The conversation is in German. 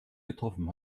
getroffen